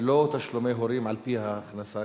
ולא תשלומי הורים על-פי ההכנסה,